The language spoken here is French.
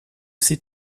ces